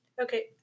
Okay